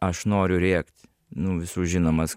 aš noriu rėkt nu visų žinomas